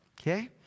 okay